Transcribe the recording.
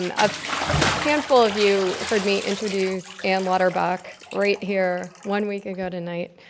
um a handful of you heard me introduce ann lauterbach right here one week ago tonight.